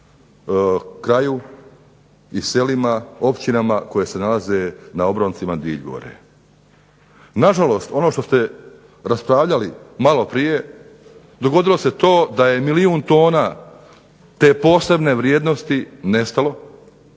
kraju i selima, općinama koje se nalaze na obroncima Dilj Gore. Nažalost, ono što ste raspravljali maloprije dogodilo se to da je milijun tona te posebne vrijednosti nestalo